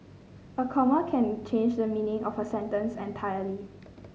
a comma can change the meaning of a sentence entirely